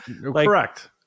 correct